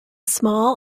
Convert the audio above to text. small